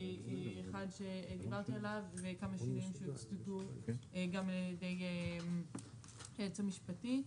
אחד שדיברתי עליו וכמה שינויים שהוכתבו גם על ידי היועץ המשפטי,